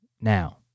Now